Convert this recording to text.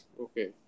Okay